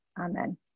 Amen